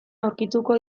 aurkituko